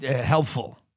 helpful